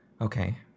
Okay